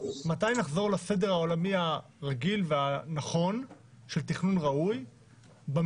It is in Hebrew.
מתי נחזור לסדר העולמי הרגיל והנכון של תכנון מחוזי